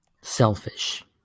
selfish